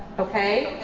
okay?